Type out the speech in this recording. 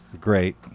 Great